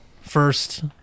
first